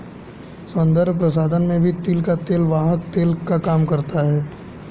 सौन्दर्य प्रसाधन में भी तिल का तेल वाहक तेल का काम करता है